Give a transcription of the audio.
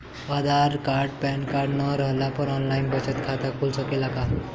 आधार card PAN card न रहला पर आन लाइन बचत खाता खुल सकेला का?